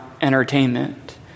entertainment